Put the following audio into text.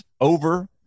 over